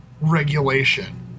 regulation